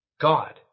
God